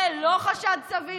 זה לא חשד סביר?